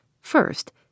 first